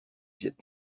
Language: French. viêt